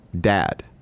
dad